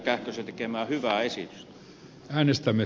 kähkösen tekemää hyvää esitystä